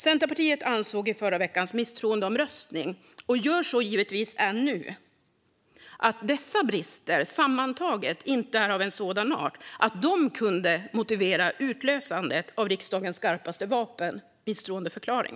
Centerpartiet ansåg i förra veckans misstroendeomröstning, och gör givetvis så ännu, att dessa brister sammantaget inte var av sådan art att de kunde motivera utlösandet av riksdagens skarpaste vapen: misstroendeförklaring.